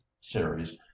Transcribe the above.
series